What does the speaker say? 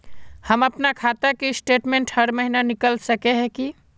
हम अपना खाता के स्टेटमेंट हर महीना निकल सके है की?